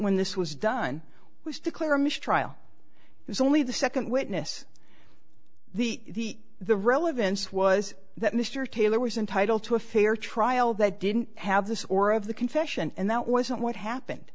when this was done was declare a mistrial is only the second witness the the relevance was that mr taylor was entitled to a fair trial that didn't have this or of the confession and that wasn't what happened